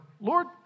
Lord